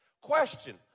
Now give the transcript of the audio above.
Question